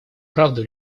правду